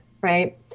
Right